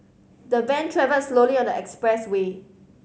the van travelled slowly on the expressway